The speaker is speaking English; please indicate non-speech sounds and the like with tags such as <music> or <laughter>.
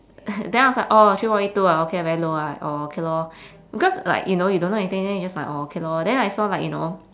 then I was like oh three point eight two ah okay very low right oh okay lor <breath> because like you know don't know anything then you just like oh okay lor then I saw like you know